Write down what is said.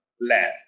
left